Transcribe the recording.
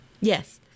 yes